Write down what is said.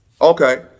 Okay